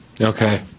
Okay